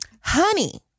honey